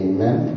Amen